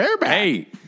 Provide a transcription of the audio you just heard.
Hey